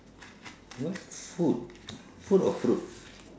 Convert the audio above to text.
you want food food or fruit